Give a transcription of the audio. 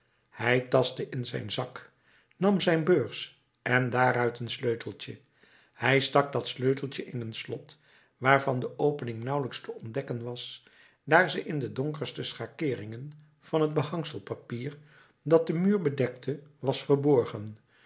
hij tastte in zijn zak nam zijn beurs en daaruit een sleuteltje hij stak dat sleuteltje in een slot waarvan de opening nauwelijks te ontdekken was daar ze in de donkerste schakeeringen van het behangselpapier dat den muur bedekte was verborgen